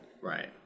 Right